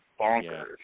bonkers